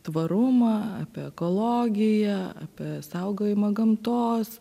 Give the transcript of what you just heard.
tvarumą apie ekologiją apie saugojimą gamtos